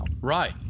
Right